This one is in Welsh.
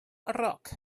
roc